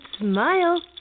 smile